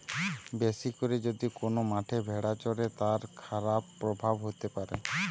বেশি করে যদি কোন মাঠে ভেড়া চরে, তার খারাপ প্রভাব হতে পারে